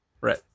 Right